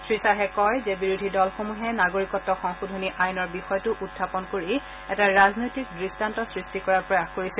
শ্ৰীখাহে কয় যে বিৰোধী দলসমূহে নাগৰিকত্ব সংশোধনী আইনৰ বিষয়টো উখাপন কৰি এটা ৰাজনৈতিক দৃষ্টান্ত সৃষ্টি কৰাৰ প্ৰয়াস কৰিছে